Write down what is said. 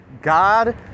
God